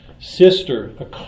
Sister